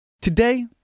Today